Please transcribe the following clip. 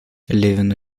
левину